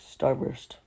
Starburst